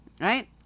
right